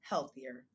Healthier